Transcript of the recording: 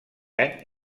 any